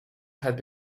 had